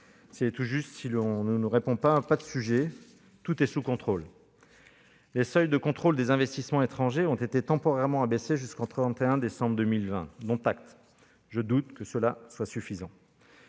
c'est tout juste si l'on ne nous répond qu'il n'y a pas de problème et que tout est sous contrôle. Les seuils de contrôle des investissements étrangers ont été temporairement abaissés jusqu'au 31 décembre 2020. Dont acte. Je doute que cela soit suffisant.